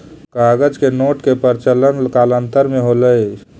कागज के नोट के प्रचलन कालांतर में होलइ